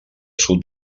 sud